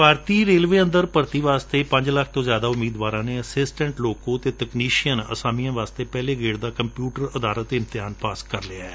ਭਾਰਤੀ railway ਅੰਦਰ ਭਰਤੀ ਵਾਸਤੇ ਪੰਜ ਲੱਖ ਤੋਂ ਜ਼ਿਆਦਾ ਉਮੀਦਵਾਰਾਂ ਨੇ ਅਸਿਸਟੈਂਟ ਲੋਕੋ ਅਤੇ ਤਕਨੀਸ਼ੀਅਨ ਅਸਾਮੀਆਂ ਵਾਸਤੇ ਪਹਿਲੇ ਗੇੜ ਦਾ ਕੰਪਿਉਟਰ ਅਧਾਰਤ ਇਮਤਿਹਾਨ ਪਾਸ ਕਰ ਲਿਐ